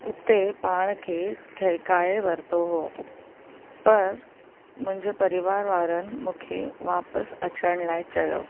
उते पाण खे ठहकाए वरितो हुओ पर मुंहिंजे परिवार वारनि मूंखे वापसि अचण लाइ चयो